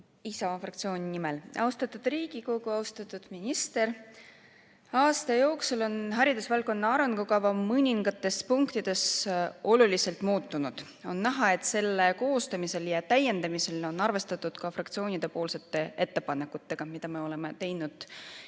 Isamaa fraktsiooni nimel. Austatud Riigikogu! Austatud minister! Aasta jooksul on haridusvaldkonna arengukava mõningates punktides oluliselt muutunud. On näha, et selle koostamisel ja täiendamisel on arvestatud ka fraktsioonide ettepanekuid, mida me tegime